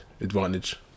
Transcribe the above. advantage